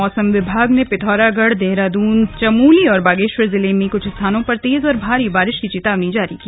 मौसम विभाग ने पिथौरागढ़ देहरादून चमोली और बागेश्वर जिले में कुछ स्थानों पर तेज और भारी बारिश होने की चेतावनी जारी की